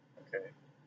okay